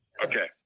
Okay